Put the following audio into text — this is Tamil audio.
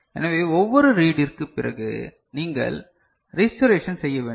எனவே ஒவ்வொரு ரீடிற்கு பிறகு நீங்கள் ரீஸ்டோரேஷன் செய்ய வேண்டும்